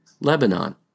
Lebanon